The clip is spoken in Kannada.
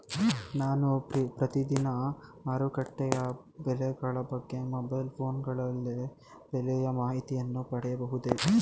ನಾನು ಪ್ರತಿದಿನ ಮಾರುಕಟ್ಟೆಯ ಬೆಲೆಗಳ ಬಗ್ಗೆ ಮೊಬೈಲ್ ಫೋನ್ ಗಳಲ್ಲಿ ಬೆಲೆಯ ಮಾಹಿತಿಯನ್ನು ಪಡೆಯಬಹುದೇ?